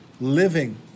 living